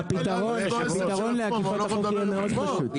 הפתרון לעקיפת החוק יהיה מאוד פשוט.